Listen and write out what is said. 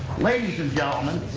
ladies and gentlemen,